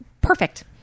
perfect